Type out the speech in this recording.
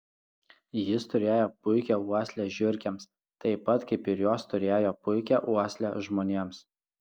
jis turėjo puikią uoslę žiurkėms taip pat kaip ir jos turėjo puikią uoslę žmonėms